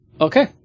Okay